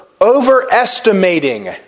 overestimating